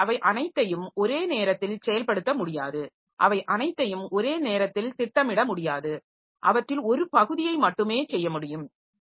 எனவே அவை அனைத்தையும் ஒரே நேரத்தில் செயல்படுத்த முடியாது அவை அனைத்தையும் ஒரே நேரத்தில் திட்டமிட முடியாது அவற்றில் ஒரு பகுதியை மட்டுமே செய்ய முடியும்